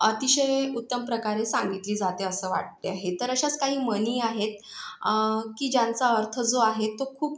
अतिशय उत्तम प्रकारे सांगितली जाते असं वाटते आहे तर अशाच काही म्हणी आहेत की ज्यांचा अर्थ जो आहे तो खूप